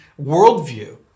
worldview